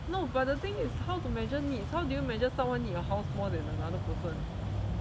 no but the thing is how to measure needs how do you measure someone needs a house more than another person